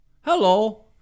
hello